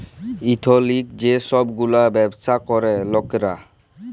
এথলিক যে ছব গুলা ব্যাবছা ক্যরে লকরা